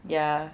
ya